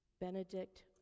Benedict